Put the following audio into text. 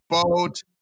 boat